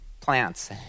plants